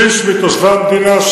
שליש מתושבי המדינה,